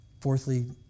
Fourthly